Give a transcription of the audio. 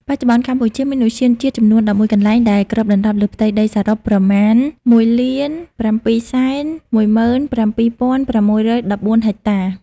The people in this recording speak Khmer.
បច្ចុប្បន្នកម្ពុជាមានឧទ្យានជាតិចំនួន ១១ កន្លែង ដែលគ្របដណ្តប់លើផ្ទៃដីសរុបប្រមាណ ១,៧១៧,៦១៤ ហិកតា។